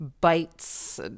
bites